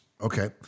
Okay